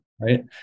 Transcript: right